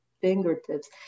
fingertips